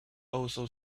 also